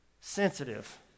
sensitive